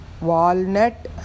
walnut